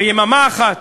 ויממה אחת